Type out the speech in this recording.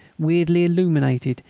weirdly illuminated,